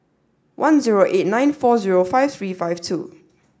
one zero eight nine four zero five three five two